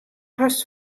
hast